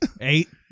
eight